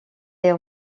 est